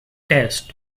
test